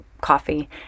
coffee